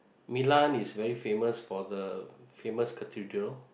Milan is very famous for the famous cathedral